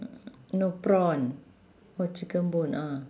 no prawn oh chicken bone ah